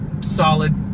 solid